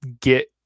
get